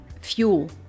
fuel